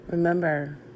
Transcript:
Remember